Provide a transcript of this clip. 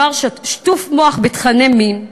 נוער שטוף מוח בתוכני מין,